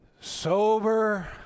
sober